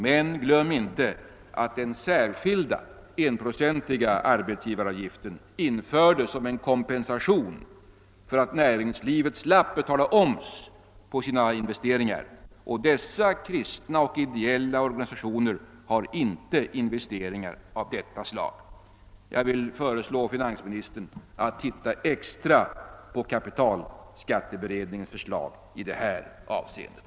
Men glöm inte att den särskilda enprocentiga arbetsgivaravgiften infördes som en kompensation för att näringslivet slapp betala oms på sina investeringar! Dessa kristna och ideella organisationer har inte investeringar av detta slag. Jag vill föreslå finansministern att titta extra på kapitalskatteberedningens förslag i det här avseendet.